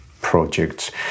projects